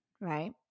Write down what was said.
right